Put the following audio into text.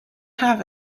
have